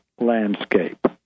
landscape